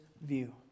view